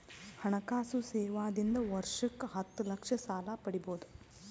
ಹಣಕಾಸು ಸೇವಾ ದಿಂದ ವರ್ಷಕ್ಕ ಹತ್ತ ಲಕ್ಷ ಸಾಲ ಪಡಿಬೋದ?